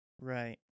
Right